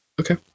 okay